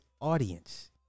audience